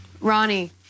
Ronnie